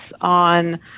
on